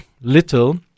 little